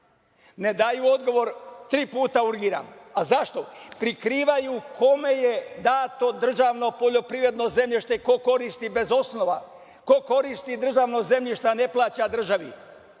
Ne daju odgovor, tri puta urgiram. A zašto? Prikrivaju kome je dato državno poljoprivredno zemljište, ko koristi bez osnova, ko koristi državno zemljište, a ne plaća državi.